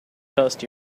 post